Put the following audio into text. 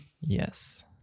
Yes